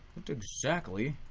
looked exactly